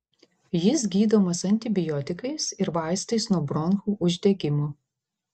jis gydomas antibiotikais ir vaistais nuo bronchų uždegimo